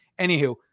Anywho